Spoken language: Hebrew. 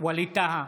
ווליד טאהא,